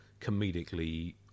comedically